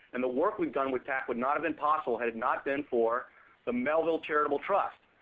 and the work we've done with tac would not have been possible had it not been for the melville charitable trust.